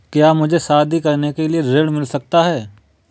क्या मुझे शादी करने के लिए ऋण मिल सकता है?